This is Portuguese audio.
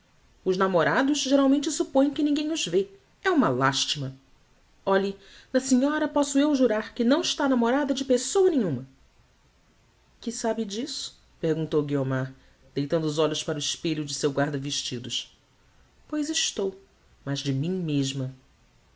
os namorados geralmente suppõem que ninguem os vê é uma lastima olhe da senhora posso eu jurar que não está namorada de pessoa nenhuma que sabe disso perguntou guiomar deitando os olhos para o espelho de seu guarda vestidos pois estou mas de mim mesma